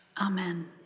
Amen